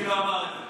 דודי לא אמר את זה.